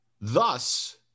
Thus